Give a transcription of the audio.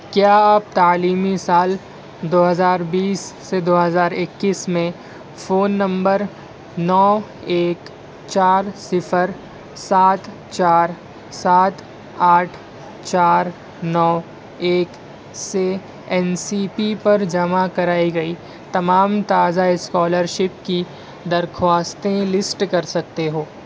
کیا آپ تعلیمی سال دو ہزار بیس سے دو ہزار اکیس میں فون نمبر نو ایک چار صفر سات چار سات آٹھ چار نو ایک سے این سی پی پر جمع کرائی گئی تمام تازہ اسکالرشپ کی درخواستیں لسٹ کر سکتے ہو